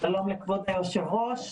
שלום לכבוד היושב-ראש.